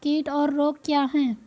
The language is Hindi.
कीट और रोग क्या हैं?